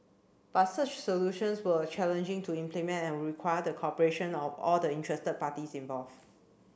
but such solutions were challenging to implement and would require the cooperation of all the interested parties involved